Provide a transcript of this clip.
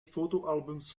fotoalbums